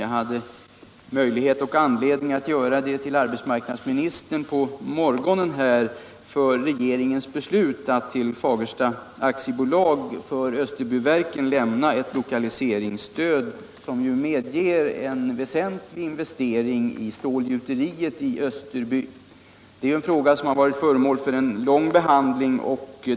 På morgonen hade jag möjlighet och anledning att tacka arbetsmarknadsministern för regeringens beslut att till Fagersta AB för Österbyverken lämna ett lokaliseringsstöd, som medgav en väsentlig investering i stålgjuteriet i Österby. Det är en fråga som har varit föremål för en långvarig behandling.